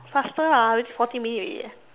faster lah already forty minute already eh